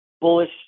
bullish